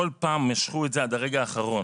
כל פעם משכו את זה עד הרגע האחרון.